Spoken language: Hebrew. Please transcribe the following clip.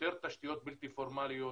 יותר תשתיות בלתי פורמליות.